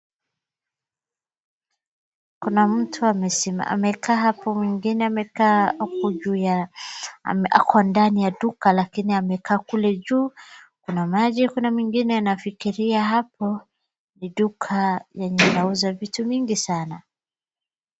Kuna mtu amesi amekaa hapo mwingine hapo juu ya ako ndani ya duka lakini amekaa kule juu kuna maji. Kuna mwingine anafikiria hapo ni duka lenye inauza vitu mingi sana.